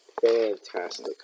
fantastic